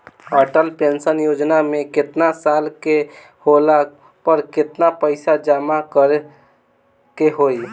Atal pension योजना मे केतना साल के होला पर केतना पईसा जमा करे के होई?